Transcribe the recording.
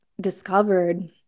discovered